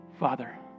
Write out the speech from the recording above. father